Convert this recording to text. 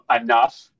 enough